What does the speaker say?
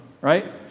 right